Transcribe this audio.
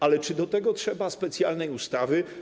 Ale czy do tego trzeba specjalnej ustawy?